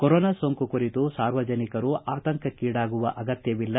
corona ಸೋಂಕು ಕುರಿತು ಸಾರ್ವಜನಿಕರು ಆತಂಕಕ್ಕೀಡಾಗುವ ಅಗತ್ಯವಿಲ್ಲ